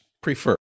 prefer